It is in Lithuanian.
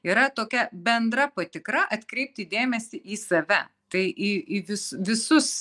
yra tokia bendra patikra atkreipti dėmesį į save tai į į vis visus